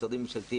משרדים ממשלתיים.